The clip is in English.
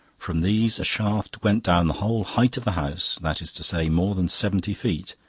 from these a shaft went down the whole height of the house, that is to say, more than seventy feet,